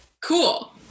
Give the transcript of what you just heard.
Cool